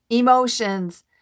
emotions